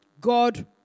God